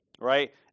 right